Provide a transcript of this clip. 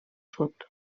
sud